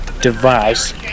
device